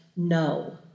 No